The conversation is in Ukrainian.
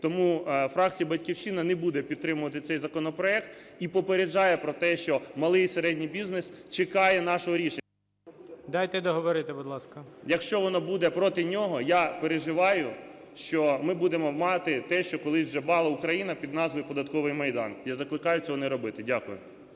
Тому фракція "Батьківщина" не буде підтримувати цей законопроект і попереджає про те, що малий і середній бізнес чекає нашого рішення… ГОЛОВУЮЧИЙ. Дайте договорити, будь ласка. НІКОЛАЄНКО А.І. … Якщо вона буде проти нього, я переживаю, що ми будемо мати те, що колись вже мала Україна під назвою "Податковий Майдан". Я закликаю цього не робити. Дякую.